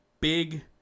big